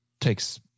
takes